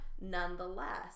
nonetheless